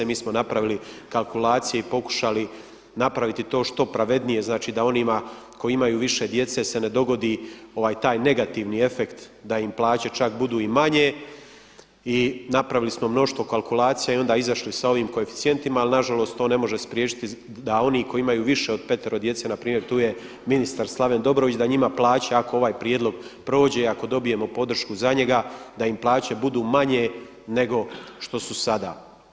Mi smo napravili kalkulacije i pokušali napraviti to što pravednije, znači da onima koji imaju više djece se ne dogodi taj negativni efekt da im plaće čak budu i manje, i napravili smo mnoštvo kalkulacija i onda izašli s ovim koeficijentima, ali nažalost to ne može spriječiti da oni koji imaju više od petero djece, npr. tu je ministar Slaven Dobrović, da njima plaća ako ovaj prijedlog prođe, ako dobijemo podršku za njega, da im plaće budu manje nego što su sada.